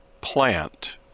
plant